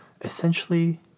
essentially